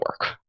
work